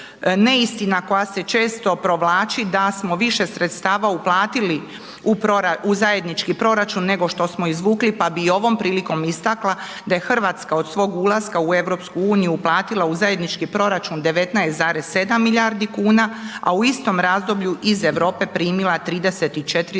neistina koja se često provlači, da smo više sredstava uplatili u zajednički proračun, nego što smo izvukli, pa bi i ovom prilikom istakla da je RH od svog ulaska u EU uplatila u zajednički proračun 19,7 milijardi kuna, a u istom razdoblju iz Europe primila 34,1 milijardu